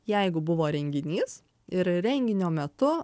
jeigu buvo renginys ir renginio metu